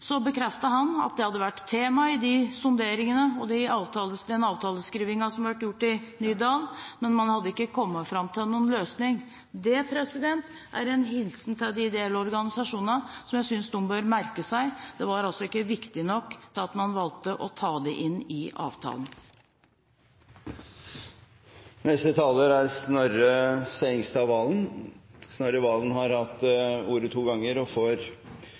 han at det hadde vært tema i sonderingene og avtaleskrivingen som har vært gjort i Nydalen, men man hadde ikke kommet fram til noen løsning. Det er en hilsen til de ideelle organisasjonene som jeg synes de bør merke seg. Det var altså ikke viktig nok til at man valgte å ta det inn i avtalen. Representanten Snorre Serigstad Valen har hatt ordet to ganger tidligere og får